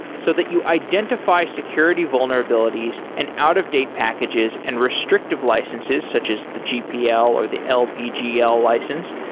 so that you identify security vulnerabilities and out-of-date packages and restrictive licenses such as the gpl, or the lpgl license,